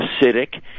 acidic